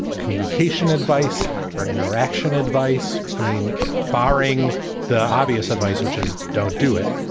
ah communication, advice or interaction advice? i mean, barring the obvious advice, which is don't do it,